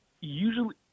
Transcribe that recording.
usually